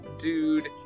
dude